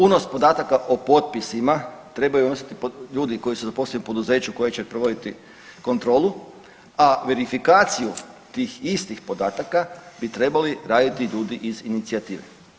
Unos podataka o potpisima trebaju unositi ljudi koji su zaposleni u poduzeću koje će provoditi kontrolu, a verifikaciju tih istih podataka bi trebali raditi ljudi iz inicijative.